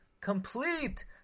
complete